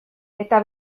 eta